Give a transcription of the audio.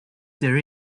there